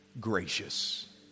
gracious